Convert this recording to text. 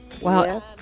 Wow